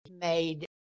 made